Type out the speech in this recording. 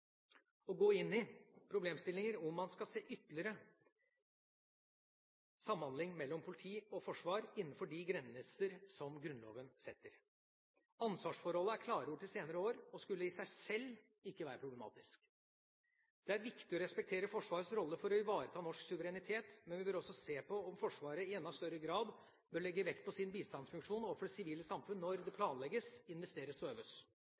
gå inn i problemstillinger om man skal se på ytterligere samhandling mellom politi og forsvar innenfor de grenser som Grunnloven setter. Ansvarsforholdene er klargjort de senere år og skulle i seg sjøl ikke være problematiske. Det er viktig å respektere Forsvarets rolle for å ivareta norsk suverenitet, men vi bør også se på om Forsvaret i enda større grad bør legge vekt på sin bistandsfunksjon overfor det sivile samfunn når det